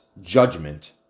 judgment